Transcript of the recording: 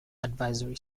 advisory